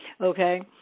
okay